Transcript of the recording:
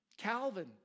Calvin